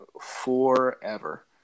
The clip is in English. forever